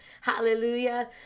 Hallelujah